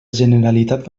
generalitat